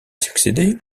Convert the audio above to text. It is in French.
succéder